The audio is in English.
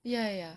ya ya ya